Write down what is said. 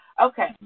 Okay